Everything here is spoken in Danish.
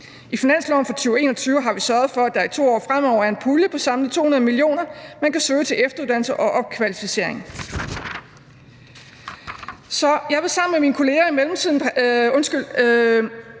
I finansloven for 2021 har vi sørget for at der i 2 år fremover er en pulje på 200 mio. kr., som man kan søge til efteruddannelse og opkvalificering. Jeg og mange andre efterspørger den her